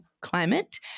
climate